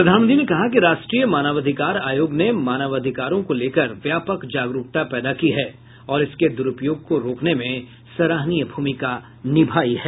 प्रधानमंत्री ने कहा कि राष्ट्रीय मानवाधिकार आयोग ने मानवाधिकारों को लेकर व्यापक जागरूकता पैदा की है और इसके दुरूपयोग को रोकने में सराहनीय भूमिका निभाई है